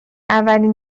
اولین